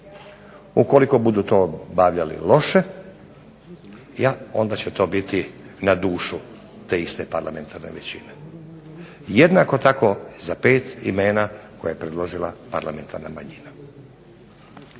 Ukoliko to budu obavljali loše, onda će to biti na dušu te iste parlamentarne većine. Jednako tako za 5 imena koje je predložila parlamentarna manjina.